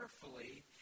carefully